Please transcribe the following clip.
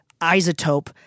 Isotope